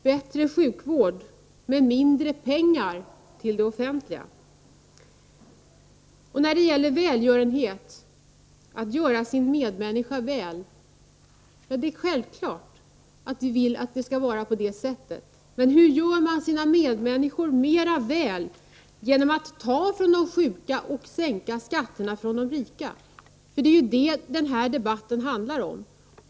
Herr talman! Jag undrar om det blir bättre sjukvård med mindre pengar till det offentliga! Och när det gäller välgörenhet, att göra sin medmänniska väl, så är det självklart att vi vill att det skall vara på det sättet. Men gör man sina medmänniskor mera väl genom att ta från de sjuka och sänka skatterna för de rika? Det är ju detta den här debatten handlar om.